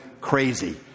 crazy